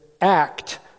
act